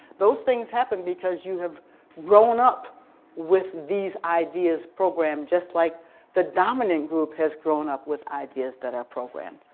those things happen because you have grown up with these ideas programmed just like the dominant group has grown up with ideas that are programmed.